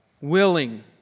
willing